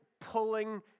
pulling